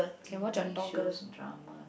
t_v shows dramas